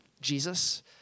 Jesus